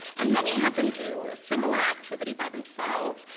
and then he had them do a similar activity by themselves.